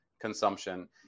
consumption